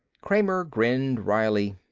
kramer grinned wryly.